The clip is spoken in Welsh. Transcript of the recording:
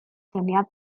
syniad